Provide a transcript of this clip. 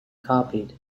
copied